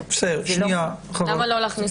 בסדר, אנחנו נבדוק.